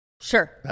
Sure